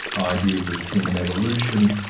ideas of human evolution,